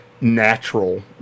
natural